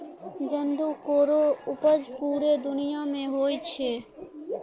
जंडो केरो उपज पूरे दुनिया म होय छै